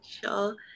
sure